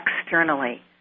externally